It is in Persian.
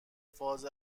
فاز